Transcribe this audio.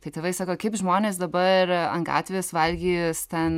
tai tėvai sako kaip žmonės dabar ant gatvės valgys ten